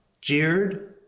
jeered